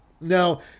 Now